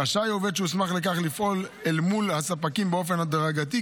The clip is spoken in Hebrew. רשאי עובד שהוסמך לכך לפעול אל מול הספקים באופן הדרגתי,